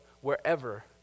wherever